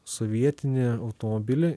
sovietinį automobilį